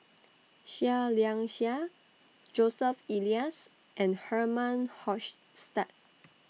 Seah Liang Seah Joseph Elias and Herman Hochstadt